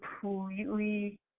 completely